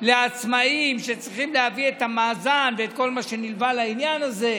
לעצמאים שצריכים להביא את המאזן ואת כל מה שנלווה לעניין הזה,